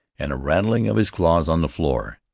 and a rattling of his claws on the floor.